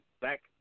back